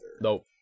Nope